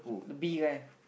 the B guy